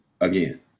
again